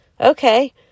Okay